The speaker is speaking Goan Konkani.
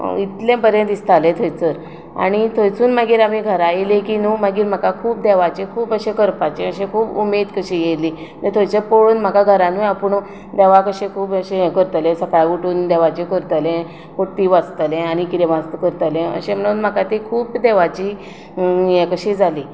इतलें बरें दिसतालें थंयसर आनी थंयसून मागीर आमी घरा येयली की न्हू मागीर म्हाका खूब देवाचें खूब अशें करपाचें अशे खूब उमेद कशी येयली थंयचें पळोवन म्हाका घरानूय पुणून देवाक अशें खूब अशें हें करतलें सकाळीं उठून देवाचें हें करतलें पटी वाचतलें आनी किदें वाचतलें करतलें अशें म्हणून म्हाका तें देवाचें खूब हें कशी जाली